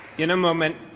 in a moment,